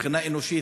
מבחינה אנושית,